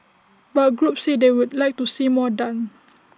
but groups say they would like to see more done